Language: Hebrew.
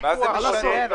יש פה זלזול של